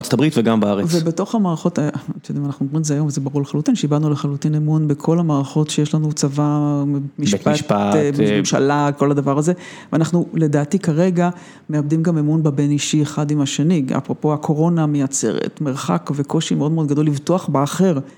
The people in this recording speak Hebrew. ארה״ב וגם בארץ. ובתוך המערכות, אני לא יודע אם אנחנו אומרים את זה היום וזה ברור לחלוטין, שאיבדנו לחלוטין אמון בכל המערכות שיש לנו צבא, משפט, משפט ממשלה, כל הדבר הזה, ואנחנו לדעתי כרגע, מאבדים גם אמון בבין אישי אחד עם השני, אפרופו הקורונה מייצרת מרחק וקושי מאוד מאוד גדול לבטוח באחר.